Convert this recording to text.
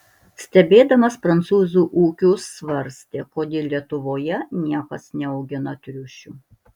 stebėdamas prancūzų ūkius svarstė kodėl lietuvoje niekas neaugina triušių